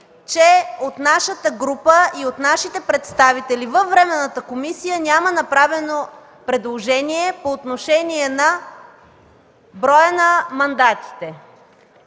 че от нашата група и от нашите представители във Временната комисия няма направено предложение по отношение на броя на мандатите.